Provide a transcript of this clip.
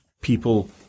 people